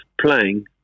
playing